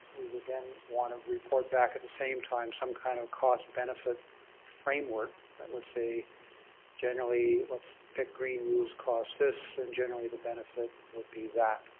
would then want a report back at the same time some kind of cost benefit framework that would say generally what's pick green moves cost this and generally the benefit would be that.